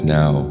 now